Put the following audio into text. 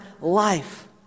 life